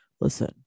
listen